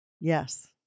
yes